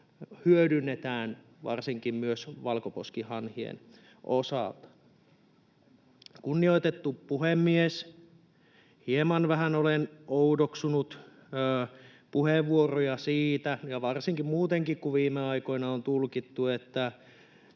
hyödynnetään ruokana, varsinkin valkoposkihanhien osalta. Kunnioitettu puhemies! Hieman, vähän olen oudoksunut puheenvuoroja siitä, ja muutenkin, kun viime aikoina on tulkittu, että